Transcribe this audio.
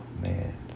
man